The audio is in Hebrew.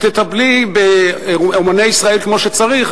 שתטפלי באמני ישראל כמו שצריך,